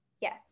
Yes